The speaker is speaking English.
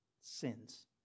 sins